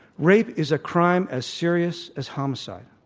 rape is a crime as serious as homicide.